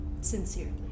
Sincerely